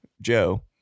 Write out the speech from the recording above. Joe